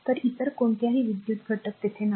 तर इतर कोणताही विद्युत घटक तेथे नाही